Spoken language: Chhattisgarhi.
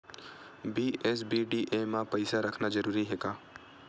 बी.एस.बी.डी.ए मा पईसा रखना जरूरी हे का?